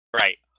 Right